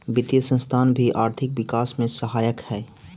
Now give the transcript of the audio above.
वित्तीय संस्थान भी आर्थिक विकास में सहायक हई